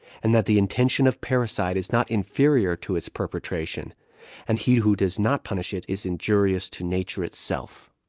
and that the intention of parricide is not inferior to its perpetration and he who does not punish it is injurious to nature itself.